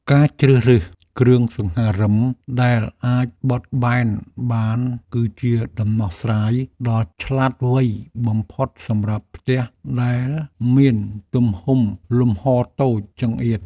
ការជ្រើសរើសគ្រឿងសង្ហារិមដែលអាចបត់បែនបានគឺជាដំណោះស្រាយដ៏ឆ្លាតវៃបំផុតសម្រាប់ផ្ទះដែលមានទំហំលំហរតូចចង្អៀត។